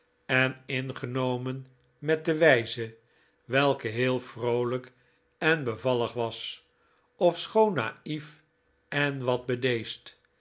en ingenomen met de wijze welke heel vroolijk en bevallig was ofschoon naief en wat